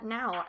now